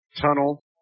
tunnel